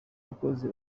abakozi